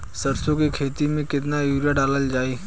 सरसों के खेती में केतना यूरिया डालल जाई?